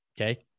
Okay